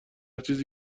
چیزی